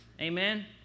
amen